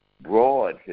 broad